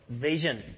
vision